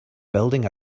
building